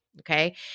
Okay